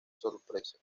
sorpresa